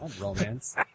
romance